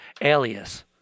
alias